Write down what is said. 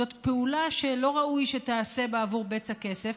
זאת פעולה שלא ראוי שתיעשה בעבור בצע כסף,